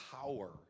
power